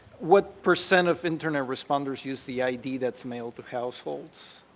what percent of internet responders use the i d. that's mailed to households